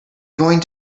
going